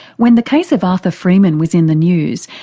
when the case of arthur freeman was in the news,